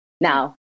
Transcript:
now